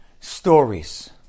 Stories